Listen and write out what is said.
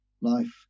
life